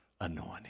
anointing